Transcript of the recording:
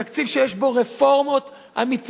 תקציב שיש בו רפורמות אמיתיות,